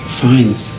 finds